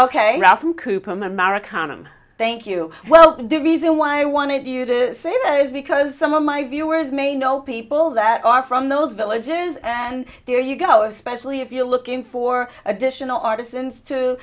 i'm thank you well the reason why i wanted you to say that is because some of my viewers may know people that are from those villages and there you go especially if you're looking for additional artisans to